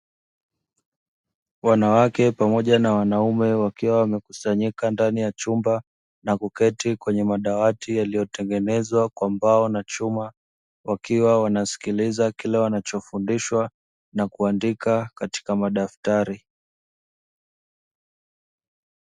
Wanawake pamoja na wanaume wakiwa wamekusanyika ndani ya chumba na kuketi kwenye madawati, yaliyo tengenezwa kwa mbao na chuma, wakiwa wanasikiliza kile wanachofundishwa na kuandika katika madaftari.